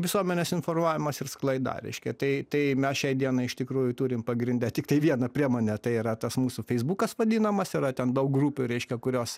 visuomenės informavimas ir sklaida reiškia tai tai mes šiai dienai iš tikrųjų turim pagrinde tiktai vieną priemonę tai yra tas mūsų feisbukas vadinamas yra ten daug grupių reiškia kurios